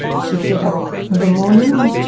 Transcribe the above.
she'd get up of a morning,